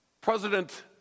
President